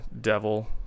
Devil